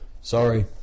Sorry